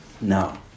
No